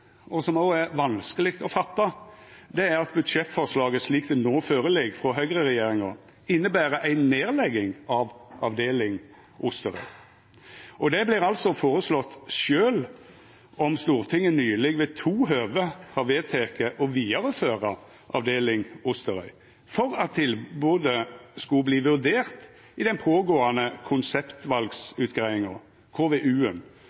og som òg er vanskeleg å fatta, er at budsjettforslaget slik det no ligg føre frå høgreregjeringa, inneber ei nedlegging av avdeling Osterøy. Og det vert altså føreslått sjølv om Stortinget nyleg ved to høve har vedteke å vidareføra avdeling Osterøy for at tilbodet skulle verta vurdert i den pågåande